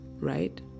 right